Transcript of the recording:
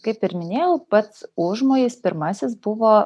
kaip ir minėjau pats užmojis pirmasis buvo